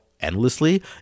Endlessly